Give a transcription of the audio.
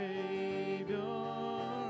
Savior